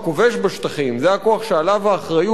זה הכוח שעליו האחריות לשמור על הסדר,